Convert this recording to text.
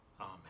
Amen